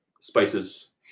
spices